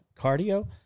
cardio